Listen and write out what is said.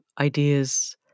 ideas